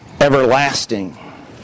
everlasting